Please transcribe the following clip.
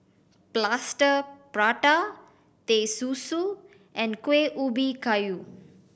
Plaster Prata Teh Susu and Kueh Ubi Kayu